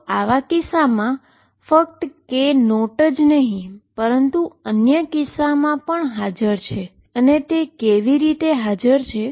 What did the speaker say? તો આવા કિસ્સામાં ફક્ત K નોટ જ નહી પરંતુ અન્ય કિસ્સામા પણ હાજર છે અને તે કેવી રીતે હાજર છે